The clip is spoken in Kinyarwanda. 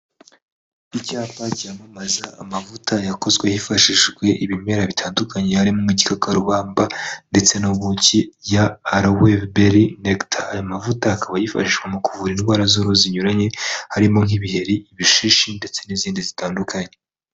Icyapa cyamamaza amavuta yakozwe hifashishijwe ibimera bitandukanye, harimo igikakarubamba ndetse n'ubuki ya Aloe Berry Nectar. Aya mavuta akaba yifashishwa mu kuvura indwara z'uruhu zinyuranye, harimo nk'ibiheri, ibishishi ndetse n'izindi zitandukanye.